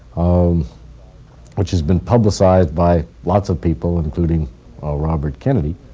um which has been publicized by lots of people including robert kennedy,